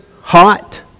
hot